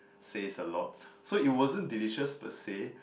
says a lot so it wasn't delicious per se